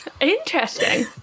Interesting